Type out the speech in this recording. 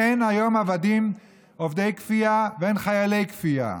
אין היום עבדים עובדי כפייה ואין חיילי כפייה.